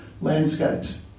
landscapes